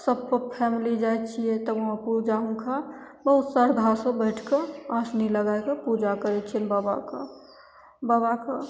सभ तब फैमिली जाइ छिए तब उहाँ पूजा हुनकर बहुत श्रद्धासे बैठिके आसनी लगैके पूजा करै छिअनि बाबाके बाबाके